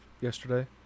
yesterday